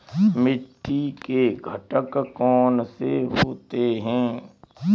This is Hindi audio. मिट्टी के घटक कौन से होते हैं?